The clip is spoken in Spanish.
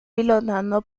pilotado